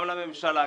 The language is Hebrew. גם לממשלה,